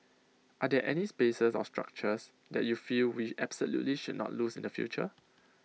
are there any spaces or structures that you feel we absolutely should not lose in the future